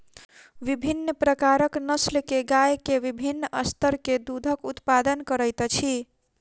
विभिन्न प्रकारक नस्ल के गाय के विभिन्न स्तर के दूधक उत्पादन करैत अछि